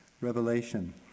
revelation